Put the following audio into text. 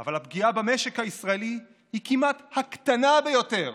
אבל הפגיעה במשק הישראלי היא כמעט הקטנה ביותר